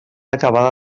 acabada